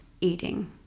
eating